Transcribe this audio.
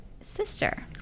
sister